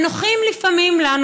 הם נוחים לפעמים לנו,